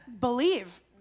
believe